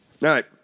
right